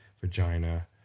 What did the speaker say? vagina